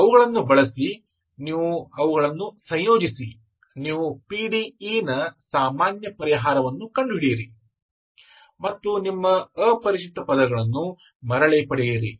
ಅವುಗಳನ್ನು ಬಳಸಿ ನೀವು ಅವುಗಳನ್ನು ಸಂಯೋಜಿಸಿ ನೀವು pde ನ ಸಾಮಾನ್ಯ ಪರಿಹಾರವನ್ನು ಕಂಡುಹಿಡಿಯಿರಿ ಮತ್ತು ನಿಮ್ಮ ಅಪರಿಚಿತ ಪದಗಳನ್ನು ಮರಳಿ ಪಡೆಯಿರಿ